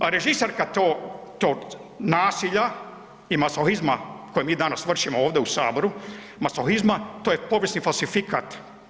A režiserka tog nasilja i mazohizma koje mi danas vršimo ovdje u Saboru, mazohizma, to je povijesni falsifikat.